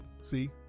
See